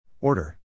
Order